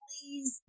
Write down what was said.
please